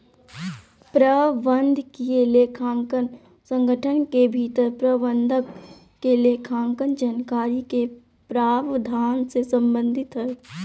प्रबंधकीय लेखांकन संगठन के भीतर प्रबंधक के लेखांकन जानकारी के प्रावधान से संबंधित हइ